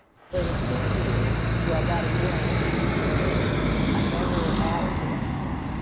for the two years well, about a year and a half i never asked for anything,